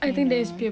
and all